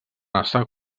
estar